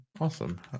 Awesome